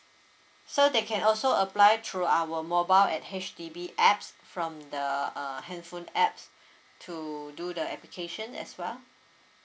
so they can also apply through our mobile at H_D_B apps from the uh handphone apps to do the application as well